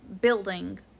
building